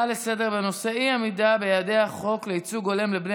בנושא: אי-עמידה ביעדי החוק לייצוג הולם לבני